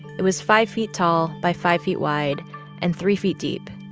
it was five feet tall by five feet wide and three feet deep.